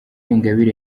ingabire